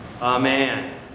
Amen